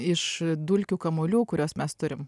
iš dulkių kamuolių kuriuos mes turim